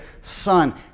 son